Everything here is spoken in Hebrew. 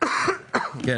יש